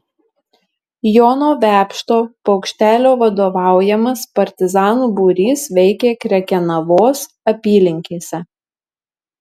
jono vepšto paukštelio vadovaujamas partizanų būrys veikė krekenavos apylinkėse